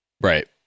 right